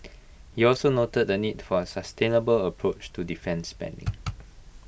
he also noted the need for A sustainable approach to defence spending